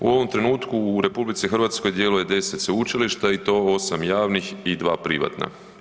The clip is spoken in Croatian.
U ovom trenutku u RH djeluje 10 sveučilišta i to 8 javnih i 2 privatna.